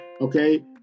okay